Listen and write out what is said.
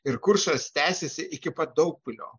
ir kuršas tęsėsi iki pat daugpilio